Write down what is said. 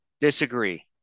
Disagree